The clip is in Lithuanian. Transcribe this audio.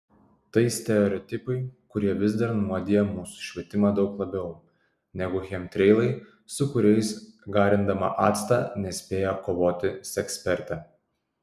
tai stereotipai kurie vis dar nuodija mūsų švietimą daug labiau negu chemtreilai su kuriais garindama actą nespėja kovoti sekspertė